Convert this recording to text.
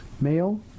male